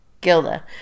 Gilda